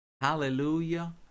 Hallelujah